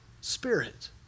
spirit